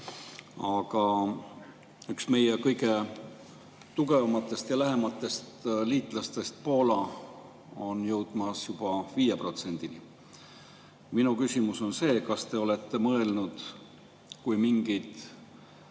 aga üks meie kõige tugevamatest ja lähematest liitlastest, Poola, on jõudmas juba 5%-ni. Minu küsimus on, kas te olete mõelnud, et mingid